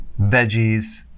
veggies